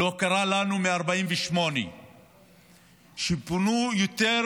לא קרה לנו מ-1948 שפונו יותר